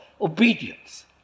obedience